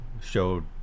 showed